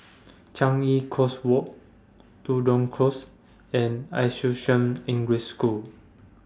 Changi Coast Walk Tudor Close and Assumption English School